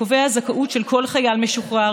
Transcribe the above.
הקובע זכאות של כל חייל משוחרר,